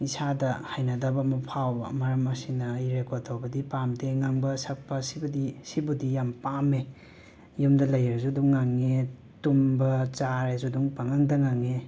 ꯏꯁꯥꯗ ꯍꯩꯅꯗꯕ ꯑꯃ ꯐꯥꯎꯕ ꯃꯔꯝ ꯑꯁꯤꯅ ꯑꯩ ꯔꯦꯀꯣꯠ ꯇꯧꯕꯗꯤ ꯄꯥꯝꯗꯦ ꯉꯪꯕ ꯁꯛꯄ ꯁꯤꯕꯨꯗꯤ ꯁꯤꯕꯨꯗꯤ ꯌꯥꯝ ꯄꯥꯝꯃꯦ ꯌꯨꯝꯗ ꯂꯩꯔꯁꯨ ꯑꯗꯨꯝ ꯉꯪꯉꯦ ꯇꯨꯝꯕ ꯆꯥꯔꯁꯨ ꯑꯗꯨꯝ ꯄꯉꯪꯗ ꯉꯪꯉꯦ